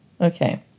Okay